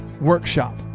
workshop